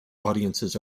audiences